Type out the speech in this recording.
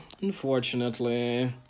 unfortunately